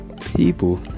People